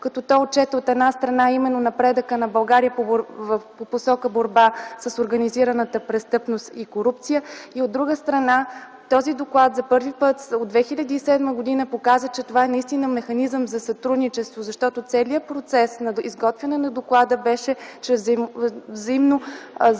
като той отчете от една страна именно напредъка на България в посока борба с организираната престъпност и корупцията, а от друга страна този доклад за първи път от 2007 г. показа, че това наистина е механизъм за сътрудничество, защото целият процес на изготвяне на доклада беше чрез взаимна